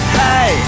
hey